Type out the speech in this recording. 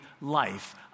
life